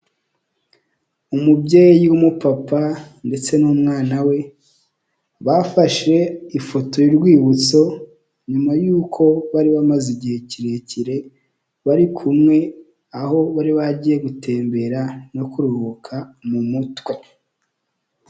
Umubyeyi w'umupapa ndetse n'umwana we, bafashe ifoto y'urwibutso, nyuma y'uko bari bamaze igihe kirekire bari kumwe aho bari bagiye gutembera no kuruhuka mu mutwe.